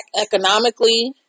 economically